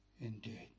indeed